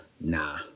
nah